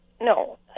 No